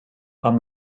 are